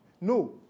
No